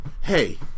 hey